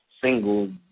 single